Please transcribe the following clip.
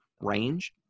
range